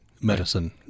medicine